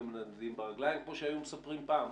ומנדנדים ברגליים כמו שהיו מספרים פעם?